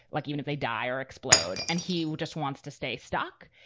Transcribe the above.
like even if they die or explode. and he will just wants to stay stuck.